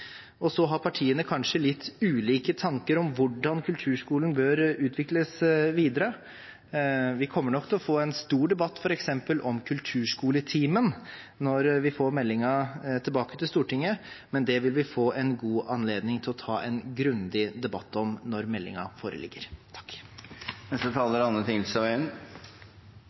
Og så har partiene kanskje litt ulike tanker om hvordan kulturskolen bør utvikles videre. Vi kommer nok til å få en stor debatt f.eks. om Kulturskoletimen når vi får meldingen tilbake til Stortinget, men det vil vi få en god anledning til å ta en grundig debatt om når meldingen foreligger. Jeg skal gjøre ganske kort prosess og si at det er